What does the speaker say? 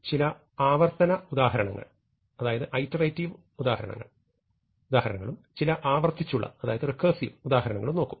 നമ്മൾ ചില ആവർത്തന ഉദാഹരണങ്ങളും ചില ആവർത്തിച്ചുള്ള ഉദാഹരണങ്ങളും നോക്കും